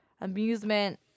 amusement